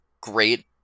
great